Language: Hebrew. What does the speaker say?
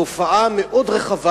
זו תופעה מאוד רחבה,